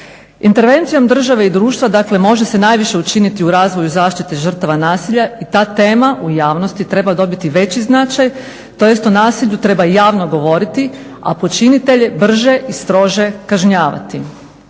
Intervencijom države i društva dakle može se najviše učiniti u razvoju i zaštiti žrtava nasilja i ta tema u javnosti treba dobiti veći značaj tj. o nasilju treba javno govoriti, a počinitelje brže i strože kažnjavati,